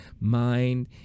mind